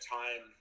time